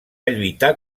lluitar